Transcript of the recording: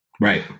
Right